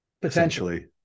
potentially